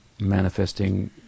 manifesting